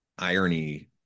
irony